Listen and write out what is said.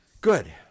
Good